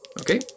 Okay